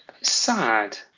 sad